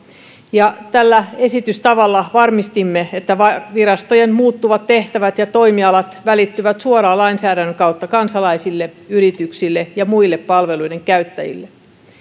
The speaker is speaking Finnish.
tällä esitystavalla varmistimme että virastojen muuttuvat tehtävät ja toimialat välittyvät suoraan lainsäädännön kautta kansalaisille yrityksille ja muille palveluiden käyttäjille